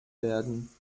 werden